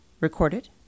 recorded